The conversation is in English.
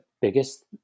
biggest